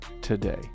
today